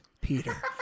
Peter